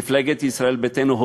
מפלגת ישראל ביתנו,